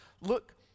look